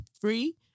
three